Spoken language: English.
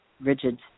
rigid